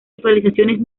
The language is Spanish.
actualizaciones